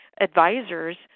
advisors